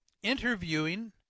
interviewing